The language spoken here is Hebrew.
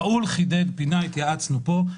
ראול חידד פינה, והתייעצנו פה.